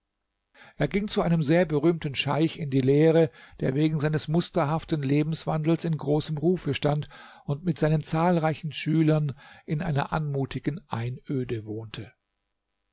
er ging zu einem sehr berühmten scheich in die lehre der wegen seines musterhaften lebenswandels in großem rufe stand und mit seinen zahlreichen schülern in einer anmutigen einöde wohnte